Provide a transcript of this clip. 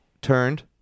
Turned